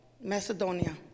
Macedonia